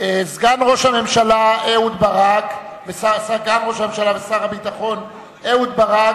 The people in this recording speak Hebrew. סגן ראש הממשלה ושר הביטחון אהוד ברק